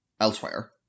elsewhere